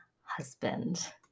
husband